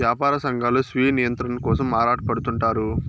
యాపార సంఘాలు స్వీయ నియంత్రణ కోసం ఆరాటపడుతుంటారు